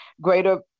Greater